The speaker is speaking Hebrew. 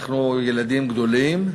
אנחנו ילדים גדולים,